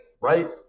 right